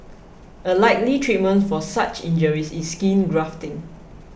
a likely treatment for such injuries is skin grafting